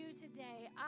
today